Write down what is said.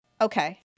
Okay